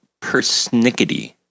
persnickety